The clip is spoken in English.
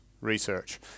research